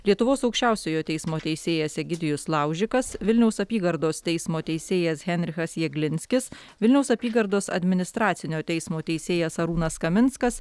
lietuvos aukščiausiojo teismo teisėjas egidijus laužikas vilniaus apygardos teismo teisėjas henrichas jeglinskis vilniaus apygardos administracinio teismo teisėjas arūnas kaminskas